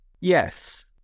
Yes